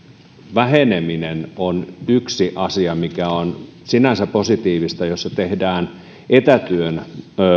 väheneminen on yksi asia mikä on sinänsä positiivista jos se tehdään etätyön